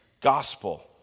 gospel